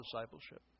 discipleship